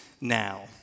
now